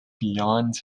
beyond